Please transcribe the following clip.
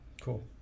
Cool